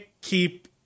keep